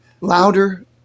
louder